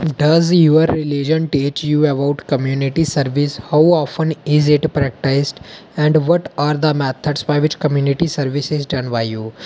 does your religion teach you about community service how often is it practice and what are the method by which community service is done by you